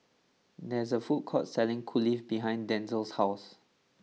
there is a food court selling Kulfi behind Denzell's house